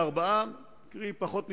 44, קרי, פחות מ-60%.